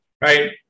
right